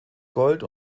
gold